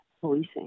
policing